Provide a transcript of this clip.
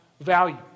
value